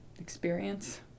experience